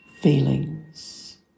feelings